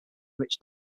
rich